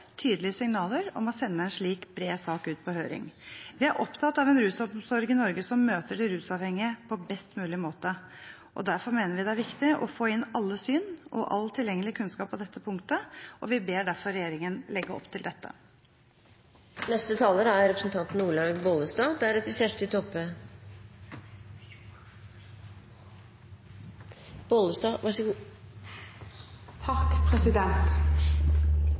tydelige signaler om å sende en slik bred sak ut på høring. Vi er opptatt av en rusomsorg i Norge som møter de rusavhengige på best mulig måte. Derfor mener vi det er viktig å få inn alle syn og all tilgjengelig kunnskap på dette punktet, og vi ber derfor regjeringen legge opp til